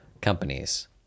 companies